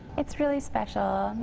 it's really special.